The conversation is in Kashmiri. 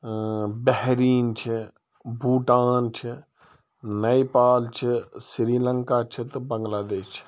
ٲں بحریٖن چھُ بوٗٹان چھُ نیپال چھُ سری لنٛکا چھُِتہٕ بنٛگلادیش چھُ